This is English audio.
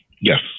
Yes